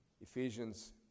Ephesians